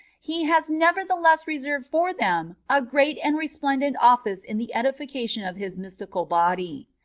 he has nevertheless reserved for them a great and resplendeht office in the edification of his mystical body.